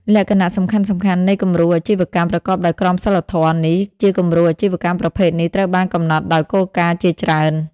លក្ខណៈសំខាន់ៗនៃគំរូអាជីវកម្មប្រកបដោយក្រមសីលធម៌នេះជាគំរូអាជីវកម្មប្រភេទនេះត្រូវបានកំណត់ដោយគោលការណ៍ជាច្រើន ។